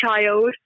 child